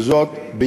אם